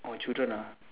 oh children ah